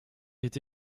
est